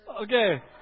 Okay